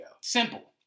Simple